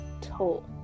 toll